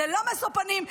ללא משוא פנים,